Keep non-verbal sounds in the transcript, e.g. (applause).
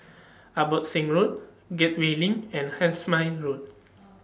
Abbotsingh Road Gateway LINK and (unintelligible) Road